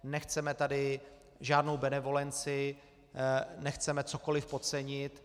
Nechceme tady žádnou benevolenci, nechceme cokoliv podcenit.